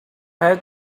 had